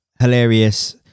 hilarious